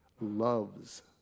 loves